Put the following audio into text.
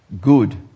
good